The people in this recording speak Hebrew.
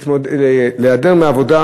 להיעדר מעבודה,